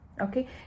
Okay